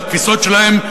בתפיסות שלהם,